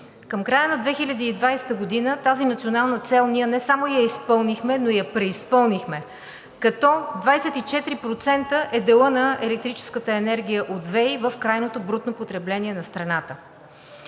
Към края на 2020 г. тази национална цел ние не само я изпълнихме, но я преизпълнихме, като 24% е делът на електрическата енергия от ВЕИ в крайното брутно потребление на страната.